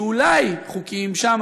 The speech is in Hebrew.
שאולי חוקיים שם,